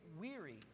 weary